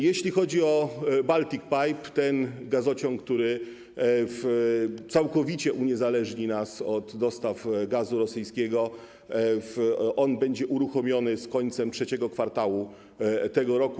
Jeśli chodzi o Baltic Pipe, ten gazociąg, który całkowicie uniezależni nas od dostaw gazu rosyjskiego, będzie uruchomiony z końcem III kwartału tego roku.